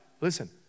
Listen